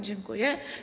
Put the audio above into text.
Dziękuję.